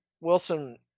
Wilson